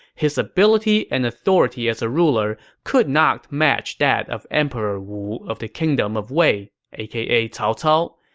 his ability and authority as a ruler could not match that of emperor wu of the kingdom of wei, aka cao cao,